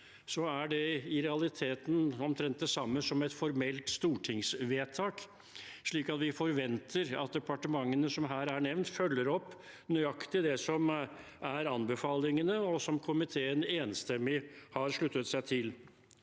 er det i realiteten omtrent det samme som et formelt stortingsvedtak, slik at vi forventer at departementene som her er nevnt, følger opp nøyaktig det som er anbefalingene, og som komiteen enstemmig har sluttet seg til.